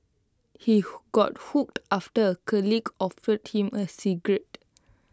he got hooked after A colleague offered him A cigarette